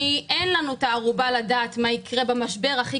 אין לנו את הערובה לדעת מה יקרה במשבר הכי